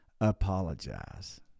apologize